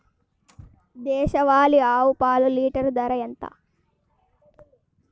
దేశవాలీ ఆవు పాలు లీటరు ధర ఎంత?